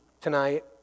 tonight